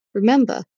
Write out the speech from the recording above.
remember